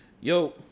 yo